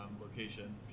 location